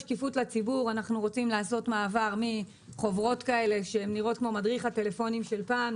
אנחנו רוצים לעשות מעבר מחוברות שנראות כמו מדריך הטלפונים של פעם,